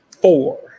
Four